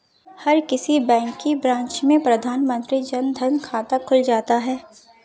हर किसी बैंक की ब्रांच में प्रधानमंत्री जन धन खाता खुल जाता है